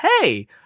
hey